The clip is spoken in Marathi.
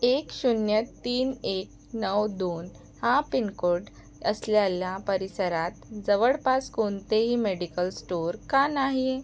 एक शून्य तीन एक नऊ दोन हा पिनकोड असलेल्या परिसरात जवळपास कोणतेही मेडिकल स्टोर का नाही